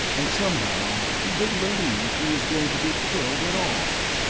and somehow he didn't believe he was going to be killed at all.